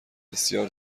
بسیار